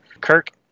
Kirk